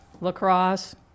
lacrosse